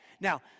Now